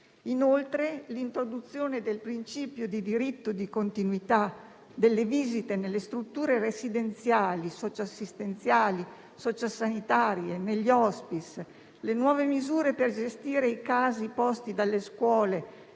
Ancora, l'introduzione del principio di diritto di continuità delle visite nelle strutture residenziali, socio-assistenziali, socio-sanitarie, negli *hospice*; le nuove misure per gestire i casi posti dalle scuole